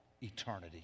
eternity